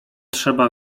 trzeba